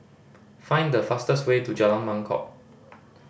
find the fastest way to Jalan Mangkok